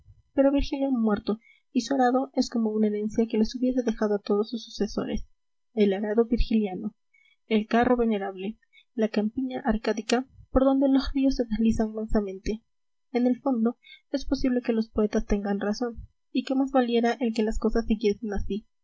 pero virgilio ha muerto y su arado es como una herencia que les hubiese dejado a todos sus sucesores el arado virgiliano el carro venerable la campiña arcádica por donde los ríos se deslizan mansamente en el fondo es posible que los poetas tengan razón y que más valiera el que las cosas siguiesen así